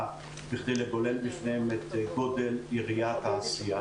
בכדי לגולל בפניהם את גודל יריעת העשייה.